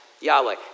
Yahweh